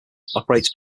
operates